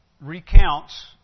recounts